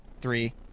Three